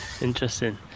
Interesting